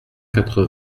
quatre